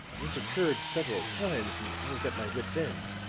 this occurred several times, and i was at my wits' end.